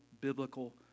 biblical